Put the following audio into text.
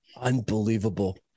Unbelievable